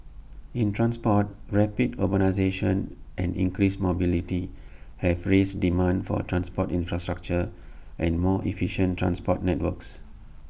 in transport rapid urbanisation and increased mobility have raised demand for transport infrastructure and more efficient transport networks